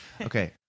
Okay